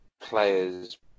players